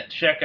checkout